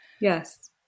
Yes